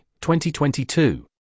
2022